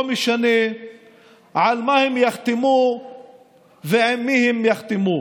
לא משנה על מה הם יחתמו ועם מי הם יחתמו,